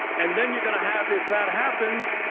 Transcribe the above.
and then you're going to have if that happens,